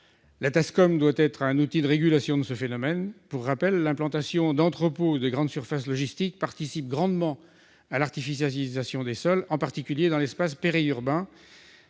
La TASCOM doit être un outil de régulation de ce phénomène. Pour rappel, l'implantation d'entrepôts logistiques de grandes surfaces participe largement à l'artificialisation des sols, en particulier dans l'espace périurbain,